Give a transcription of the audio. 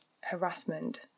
harassment